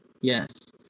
Yes